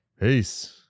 Peace